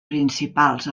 principals